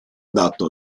adatto